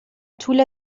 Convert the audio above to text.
طول